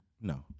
No